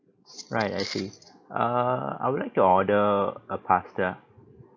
right I see err I would like to order a pasta